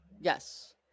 yes